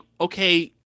okay